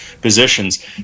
positions